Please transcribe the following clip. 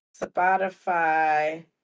Spotify